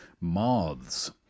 moths